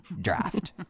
draft